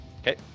okay